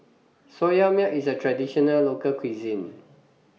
Soya Milk IS A Traditional Local Cuisine